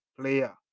player